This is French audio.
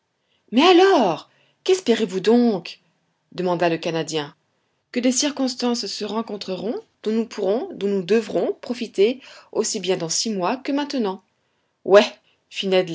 mais alors qu'espérez-vous donc demanda le canadien que des circonstances se rencontreront dont nous pourrons dont nous devrons profiter aussi bien dans six mois que maintenant ouais